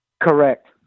Correct